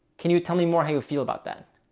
can you tell me more how you feel about that?